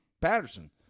Patterson